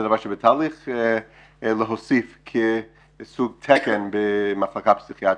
זה דבר שבתהליך להוסיף כסוג תקן במחלקה פסיכיאטרית.